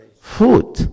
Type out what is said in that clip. food